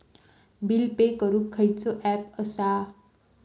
Bill pay करूक खैचो app असा?